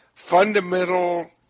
fundamental